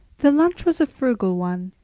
the lunch was a frugal one.